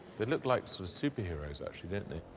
they look like so superheroes actually didn't they?